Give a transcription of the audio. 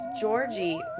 Georgie